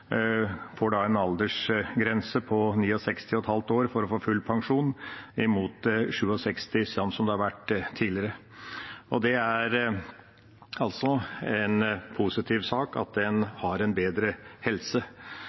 en aldersgrense på 69,5 år for å få full pensjon, imot 67, som det har vært tidligere. Det er positivt at man har bedre helse. Senterpartiet er positiv